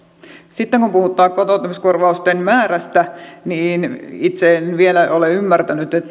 sitten kun puhutaan kotoutumiskorvausten määrästä niin itse en vielä ole ymmärtänyt